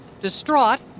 Distraught